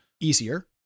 easier